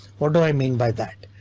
what do i mean by that?